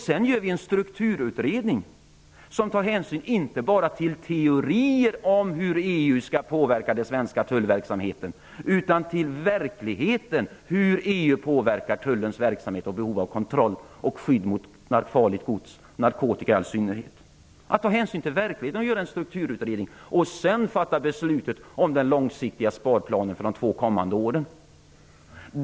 Sedan skall en strukturutredning göras som inte bara tar hänsyn till teorier om hur EU påverkar den svenska tullverksamheten utan till hur EU i verkligheten påverkar tullens verksamhet och behov av kontroll och skydd mot farligt gods, narkotika i synnerhet. Man skall ta hänsyn till verkligheten och göra en strukturutredning och sedan fatta beslutet om den långsiktiga sparplanen för de två kommande åren.